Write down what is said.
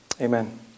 Amen